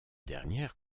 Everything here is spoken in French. dernières